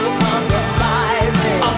compromising